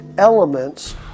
Elements